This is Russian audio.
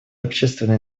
общественной